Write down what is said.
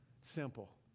Simple